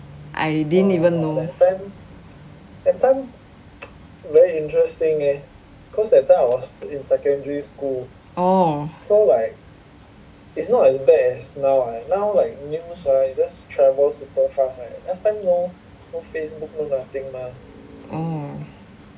I didn't even know oh oh